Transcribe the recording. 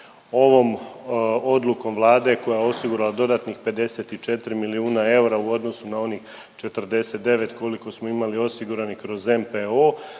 Ovom odlukom Vlade koja je osigurala dodatnih 54 milijuna eura u odnosu na onih 49 koliko smo imali osiguranih kroz NPO